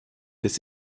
des